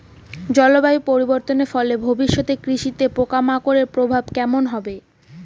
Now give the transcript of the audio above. জলবায়ু পরিবর্তনের ফলে ভবিষ্যতে কৃষিতে পোকামাকড়ের প্রভাব কেমন হবে?